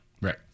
Right